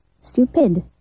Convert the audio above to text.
Stupid